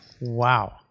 wow